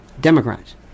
Democrats